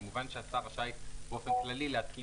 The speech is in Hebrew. כמובן שהשר ראשי באופן כללי להתקין